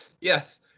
Yes